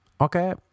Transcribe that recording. Okay